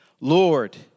Lord